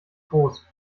groß